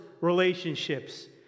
relationships